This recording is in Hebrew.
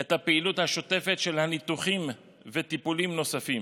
את הפעילות השוטפת של ניתוחים וטיפולים נוספים.